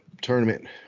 tournament